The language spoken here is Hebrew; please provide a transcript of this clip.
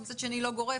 מצד שני לא גורף.